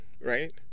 right